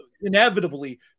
inevitably